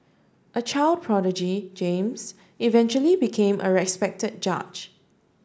a child prodigy James eventually became a respected judge